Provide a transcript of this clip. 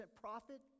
profit